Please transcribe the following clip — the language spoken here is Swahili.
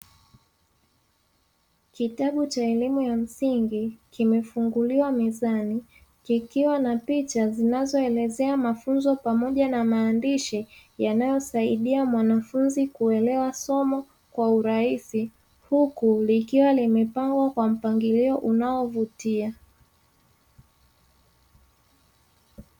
Kitabu cha elimu ya msingi kimefunguliwa mezani, kikiwa na picha, inazoelezea mafunzo pamoja na maandishi yanayosaidia mwanafunzi kuelewa soma kwa urahisi, huku likiwa limepangwa kwa mpangilio unaovutia.